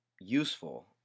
useful